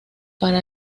para